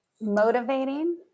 motivating